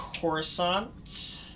Coruscant